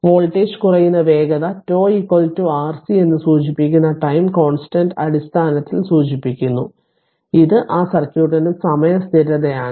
voltage കുറയുന്ന വേഗത τ RC എന്ന് സൂചിപ്പിക്കുന്ന ടൈം കോൺസ്റ്റന്റ് അടിസ്ഥാനത്തിൽ സൂചിപ്പിക്കുന്നു ഇത് ആ സർക്യൂട്ടിന്റെ സമയ സ്ഥിരതയാണ്